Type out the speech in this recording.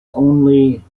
only